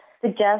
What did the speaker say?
suggest